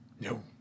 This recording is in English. No